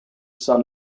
son